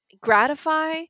gratify